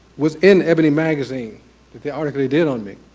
was in ebony magazine with the article they did on me.